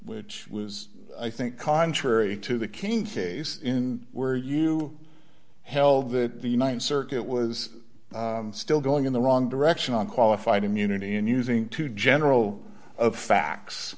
which was i think contrary to the king case in where you held that the th circuit was still going in the wrong direction on qualified immunity and using two general facts